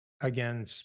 again